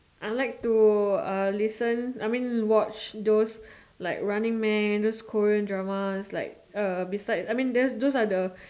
I like to uh listen I mean watch those like running man those Korean dramas like uh besides those are the